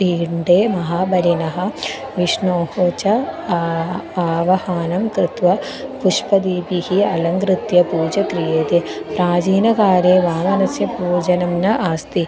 पिण्डे महाबलिनः विष्णोः च आवाहनं कृत्वा पुष्पदिभिः अलङ्कृत्य पूजा क्रियते प्राचीनकाले वामनस्य पूजनं नास्ति